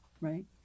right